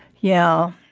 yeah,